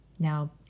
Now